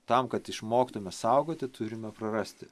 tam kad išmoktume saugoti turime prarasti